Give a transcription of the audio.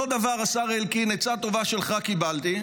אותו דבר, השר אלקין, עצה טובה שלך קיבלתי,